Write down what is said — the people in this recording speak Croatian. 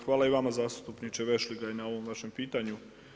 Hvala i vama zastupniče Vešligaj na ovom vašem pitanju.